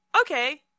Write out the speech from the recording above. Okay